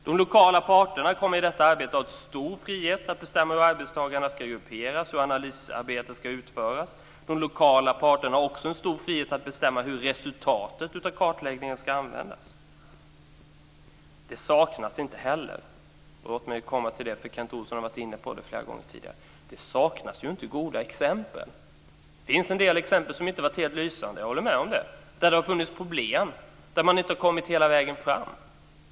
De lokala parterna kommer i detta arbete att ha stor frihet att bestämma hur arbetstagarna ska grupperas och hur analysarbetet ska utföras. De lokala parterna har också en stor frihet att bestämma hur resultatet av kartläggningen ska användas. Det saknas inte heller - låt mig komma till det eftersom Kent Olsson har varit inne på det flera gånger - goda exempel. Det finns en del exempel som inte har varit helt lysande, jag håller med om det. Det finns exempel där det har funnits problem och där man inte har kommit hela vägen fram.